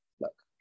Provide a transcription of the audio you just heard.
look